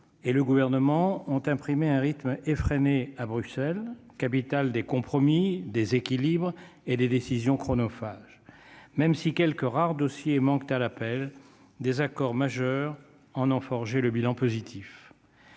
et le gouvernement ont imprimé un rythme effréné, à Bruxelles, capitale des compromis déséquilibre et les décisions chronophage, même si quelques rares dossiers manquent à l'appel désaccord majeur en ont forgé le bilan positif.